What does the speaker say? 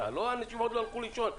אנשים עדיין לא הלכו לישון,